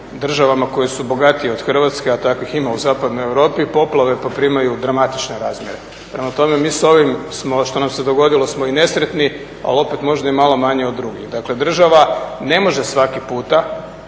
državama koje su bogatije od Hrvatske, a takvih ima u zapadnoj Europi, poplave poprimaju dramatične razmjere. Prema tome, mi s ovim smo što nam se dogodilo i nesretni ali opet možda i malo manje od drugih. Dakle, država ne može svaki puta